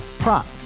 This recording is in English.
Prop